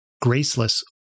graceless